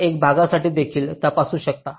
आपण इतर भागांसाठी देखील तपासू शकता